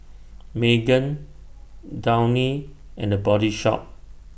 Megan Downy and The Body Shop